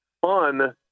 fun